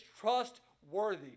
trustworthy